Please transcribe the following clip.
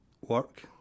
work